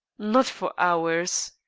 not for hours.